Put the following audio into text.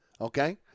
okay